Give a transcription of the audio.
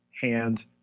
hand